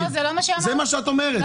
זה מה שאתה אומרת.